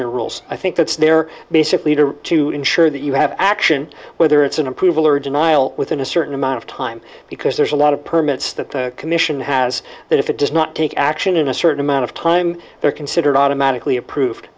your rules i think that's their basic leader to ensure that you have action whether it's an approval or denial within a certain amount of time because there's a lot of permits that the commission has that if it does not take action in a certain amount of time they're considered automatically approved